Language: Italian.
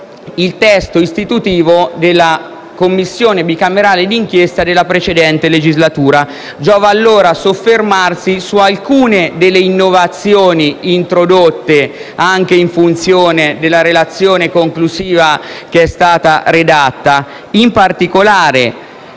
il testo istitutivo della Commissione bicamerale d'inchiesta della precedente legislatura. Giova allora soffermarsi su alcune delle innovazioni introdotte anche in funzione della relazione conclusiva che è stata redatta. In particolare,